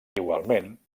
igualment